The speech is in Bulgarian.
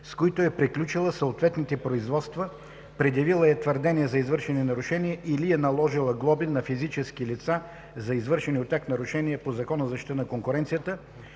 с които е приключила съответните производства, предявила е твърдения за извършени нарушения или е наложила глоби на физически лица за извършени от тях нарушения по Закона за защита на конкуренцията